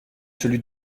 celui